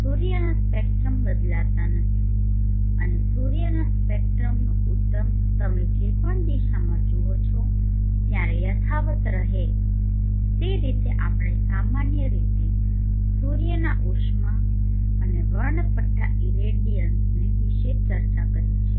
સૂર્યના સ્પેકટ્રમ બદલાતા નથી અને સૂર્યના સ્પેક્ટ્રમનો ઉદ્ગમ તમે જે પણ દિશામાં જુઓ છો ત્યાં યથાવત્ રહે તે રીતે આપણે સામાન્ય રીતે સૂર્યના ઉષ્મા અને વર્ણપટ્ટા ઇરેડિયન્સ વિશે ચર્ચા કરી છે